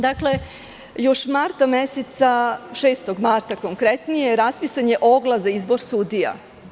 Dakle, još marta meseca, 6. marta konkretnije, raspisan je oglas za izbor sudija.